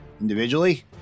Individually